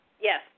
Yes